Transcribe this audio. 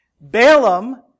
Balaam